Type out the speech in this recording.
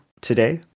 today